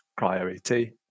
cryo-ET